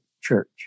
Church